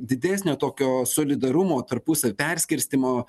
didesnio tokio solidarumo tarpusav perskirstymo